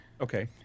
Okay